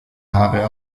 haare